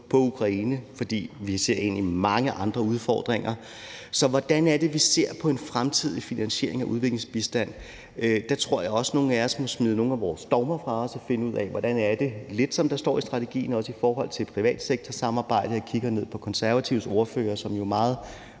på Ukraine, for vi ser ind i mange andre udfordringer. Så hvordan er det, vi ser på en fremtidig finansiering af udviklingsbistand? Der tror jeg også, nogle af os må smide nogle af vores dogmer fra os og finde ud af – lidt som der står i strategien, også i forhold til privatsektorsamarbejdet, og jeg kigger lidt ned på De Konservatives ordfører, som meget